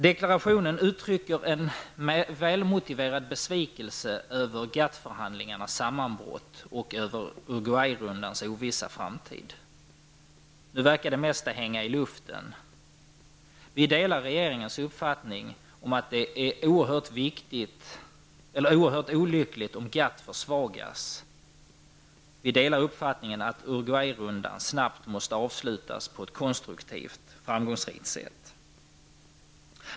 Deklarationen uttrycker också en välmotiverad besvikelse över GATT-förhandlingarnas sammanbrott och Uruguayrundans ovissa framtid. Nu verkar det mesta hänga i luften. Vi delar regeringens uppfattning att det vore oerhört olyckligt om GATT försvagades, och vi delar också uppfattningen att Uruguayrundan snabbt måste avslutas på ett konstruktivt och framgångsrikt sätt.